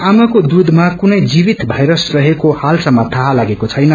आमाको दूषमा कुनै जीवित वायरस रहेको हालसम्प थाहा लागेको छैन